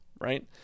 Right